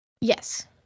Yes